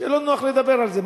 שלא נוח להם לדבר על זה,